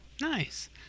Nice